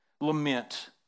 lament